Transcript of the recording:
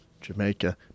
Jamaica